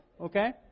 Okay